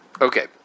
Okay